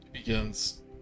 begins